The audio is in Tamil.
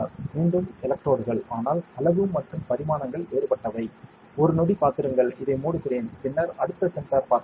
மீண்டும் எலக்ட்ரோடுகள் ஆனால் அளவு மற்றும் பரிமாணங்கள் வேறுபட்டவை ஒரு நொடி காத்திருங்கள் இதை மூடுகிறேன் பின்னர் அடுத்த சென்சார் பார்க்கலாம்